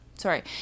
sorry